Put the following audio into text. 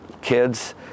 kids